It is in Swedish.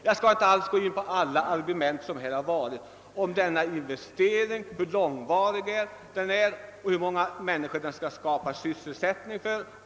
Jag skall inte gå in på alla de argument som här har förekommit om denna investering, hur långvarig den kan bli och hur många människor som kan få sysselsättning.